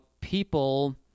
people